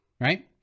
Right